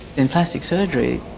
in plastic surgery,